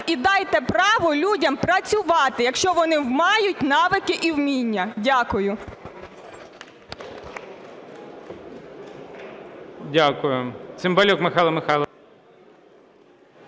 і дайте право людям працювати, якщо вони мають навики і вміння. Дякую.